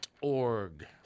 org